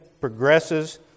progresses